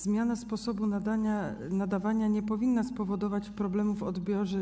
Zmiana sposobu nadawania nie powinna spowodować problemów w odbiorze.